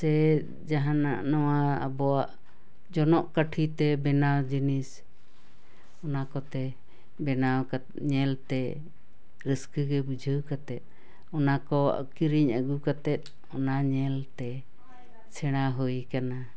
ᱥᱮ ᱡᱟᱦᱟᱱᱟᱜ ᱱᱚᱣᱟ ᱟᱵᱚᱣᱟᱜ ᱡᱚᱱᱚᱜ ᱠᱟᱹᱴᱷᱤ ᱛᱮ ᱵᱮᱱᱟᱣ ᱡᱤᱱᱤᱥ ᱚᱱᱟ ᱠᱚᱛᱮ ᱵᱮᱱᱟᱣ ᱠᱟᱛᱮ ᱧᱮᱞ ᱛᱮ ᱨᱟᱹᱥᱠᱟᱹ ᱜᱮ ᱵᱩᱡᱷᱟᱹᱣ ᱠᱟᱛᱮ ᱚᱱᱟ ᱠᱚ ᱠᱤᱨᱤᱧ ᱟᱹᱜᱩ ᱠᱟᱛᱮ ᱚᱱᱟ ᱧᱮᱞ ᱛᱮ ᱥᱮᱬᱟ ᱦᱩᱭᱟᱠᱟᱱᱟ